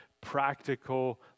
practical